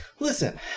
Listen